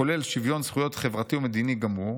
כולל 'שוויון זכויות חברתי ומדיני גמור',